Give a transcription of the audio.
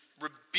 rebuke